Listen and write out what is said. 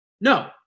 No